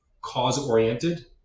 cause-oriented